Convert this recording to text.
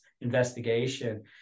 investigation